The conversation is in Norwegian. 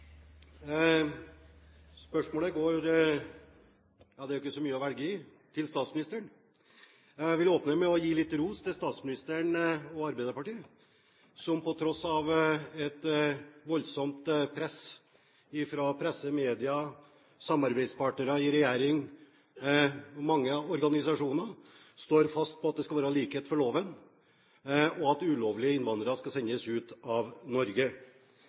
Spørsmålet går til – det er jo ikke så mange å velge i – statsministeren. Jeg vil åpne med å gi litt ros til statsministeren og Arbeiderpartiet, som på tross av et voldsomt press fra presse, media, samarbeidspartnere i regjeringen og mange organisasjoner står fast på at det skal være likhet for loven, og at ulovlige innvandrere skal sendes ut av Norge.